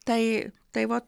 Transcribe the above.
tai tai vot